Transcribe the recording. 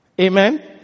Amen